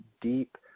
deep